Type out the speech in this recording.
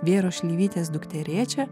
vėros šleivytės dukterėčia